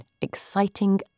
Exciting